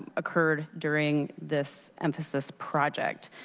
occurred during this emphasis project.